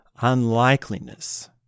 unlikeliness